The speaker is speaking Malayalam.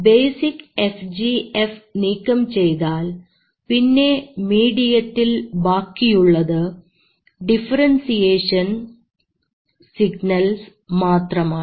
ബേസിക് FGF നീക്കം ചെയ്താൽ പിന്നെ മീഡിയത്തിൽ ബാക്കിയുള്ളത് ഡിഫറെൻസിയേഷൻ സിഗ്നൽസ് മാത്രമാണ്